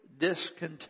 discontent